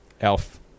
Elf